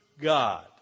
God